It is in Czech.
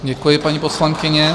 Děkuji, paní poslankyně.